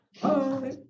bye